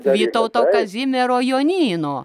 vytauto kazimiero jonyno